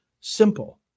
simple